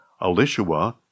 Elishua